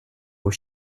aux